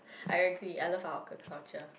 I agree I love our hawker culture